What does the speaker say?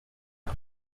uyu